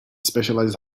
specialized